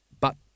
But